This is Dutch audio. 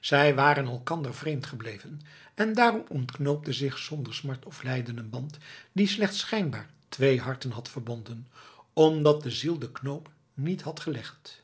zij waren elkander vreemd gebleven en daarom ontknoopte zich zonder smart of lijden een band die slechts schijnbaar twee harten had verbonden omdat de ziel den knoop niet had gelegd